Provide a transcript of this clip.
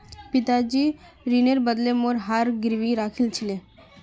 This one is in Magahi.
पिताजी ऋनेर बदले मोर हार गिरवी राखिल छिले